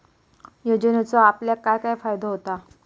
योजनेचो आपल्याक काय काय फायदो होता?